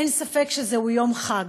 אין ספק שזהו יום חג,